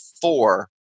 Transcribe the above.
four